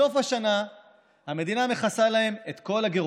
בסוף השנה המדינה מכסה להם את כל הגירעונות.